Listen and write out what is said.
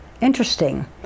interesting